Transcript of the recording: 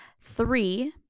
Three